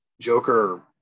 Joker